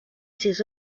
ses